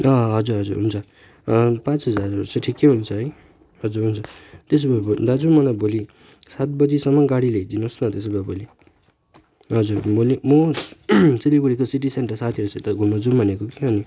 अँ हजुर हजुर हुन्छ पाँच हजारमा चाहिँ ठिक्कै हुन्छ है हजुर हजुर त्यसो भए दाजु मलाई भोलि सात बजेसम्म गाडी ल्याइदिनुहोस् न त्यसो भए भोलि हजुर भोलि म सिलगढीको सिटी सेन्टर साथीहरूसित घुम्नु जाउँ भनेको कि अनि